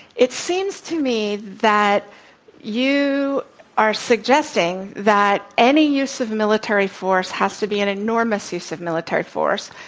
it seems to me that you are suggesting that any use of military force has to be an enormous use of military force,